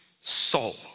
soul